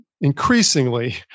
increasingly